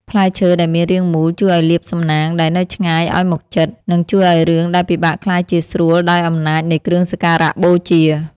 ផ្លែឈើដែលមានរាងមូលជួយឱ្យលាភសំណាងដែលនៅឆ្ងាយឱ្យមកជិត និង ជួយឱ្យរឿងដែលពិបាកក្លាយជាស្រួលដោយអំណាចនៃគ្រឿងសក្ការៈបូជា។